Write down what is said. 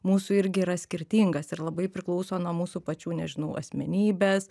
mūsų irgi yra skirtingas ir labai priklauso nuo mūsų pačių nežinau asmenybės